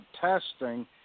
testing